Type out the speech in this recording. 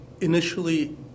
Initially